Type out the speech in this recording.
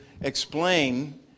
explain